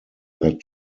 that